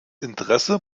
interesse